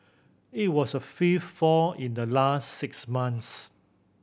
it was a fifth fall in the last six months